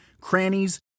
crannies